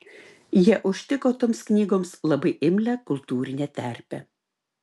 jie užtiko toms knygoms labai imlią kultūrinę terpę